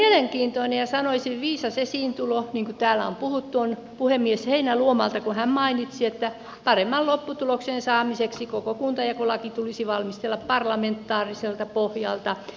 mutta mielenkiintoinen ja sanoisin viisas esiintulo niin kuin täällä on puhuttu puhemies heinäluomalta kun hän mainitsi että paremman lopputuloksen saamiseksi koko kuntajakolaki tulisi valmistella parlamentaariselta pohjalta